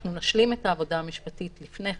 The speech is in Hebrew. אנחנו נשלים את העבודה המשפטית לפני כן,